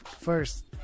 first